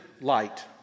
light